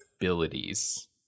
abilities